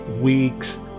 weeks